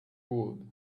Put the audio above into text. would